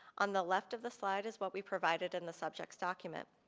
on the left of the slide is what we provided in the subject's document.